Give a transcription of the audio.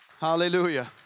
Hallelujah